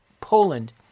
Poland